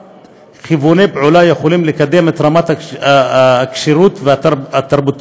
כיווני פעולה יכולים לקדם את רמת הכשירות התרבותית,